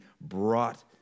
brought